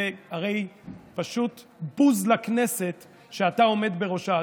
זה הרי פשוט בוז לכנסת שאתה עומד בראשה,